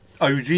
OG